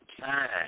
time